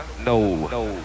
No